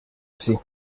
así